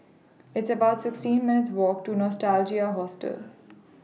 It's about sixteen minutes' Walk to Nostalgia Hotel